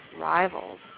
rivals